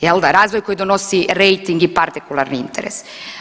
Je l' da, razvoj koji donosi rejting i partikularne interese.